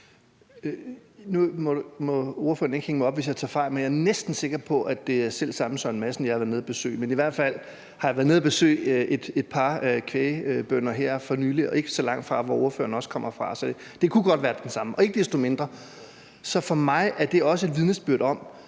hænge mig op på det, hvis jeg tager fejl, men jeg er næsten sikker på, at det er selv samme Søren Madsen, jeg har været nede at besøge. Men i hvert fald har jeg været nede at besøge et par kvægbønder her for nylig og ikke så langt fra det sted, som ordføreren kommer fra. Så det kunne godt være den samme. Ikke desto mindre er det for mig også et vidnesbyrd om,